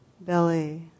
belly